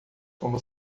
como